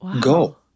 Go